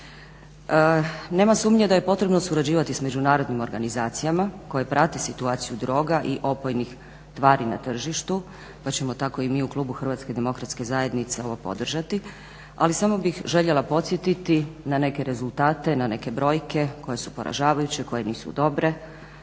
Nema sumnje da je potrebno surađivati sa međunarodnim organizacijama koje prate situaciju droga i opojni tvari na tržištu pa ćemo tako i mi u klubu HDZ-a ovo podržati. Ali samo bih željela podsjetiti na neke rezultate, na neke brojke koje su poražavajuće, koje nisu dobre